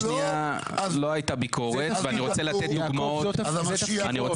לא הייתה ביקורת ואני רוצה לתת דוגמאות --- זה תפקידו,